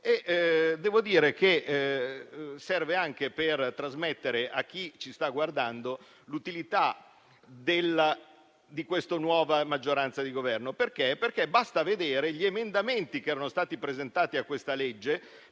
devo dire che serve anche per trasmettere a chi ci sta guardando l'utilità della nuova maggioranza di Governo. Basta infatti vedere gli emendamenti che erano stati presentati al